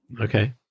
Okay